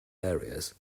areas